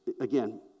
again